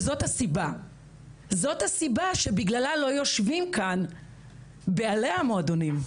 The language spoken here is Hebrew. וזאת הסיבה שבגללה לא יושבים כאן בעלי המועדונים.